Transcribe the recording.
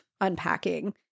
unpacking